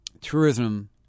tourism